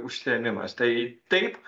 užsiėmimas tai taip